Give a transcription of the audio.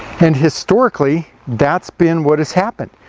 and historically that's been what has happened,